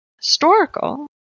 historical